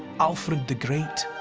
alfred the great.